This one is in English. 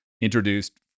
introduced